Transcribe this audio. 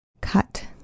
cut